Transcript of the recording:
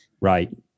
right